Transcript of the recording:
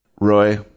Roy